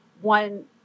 one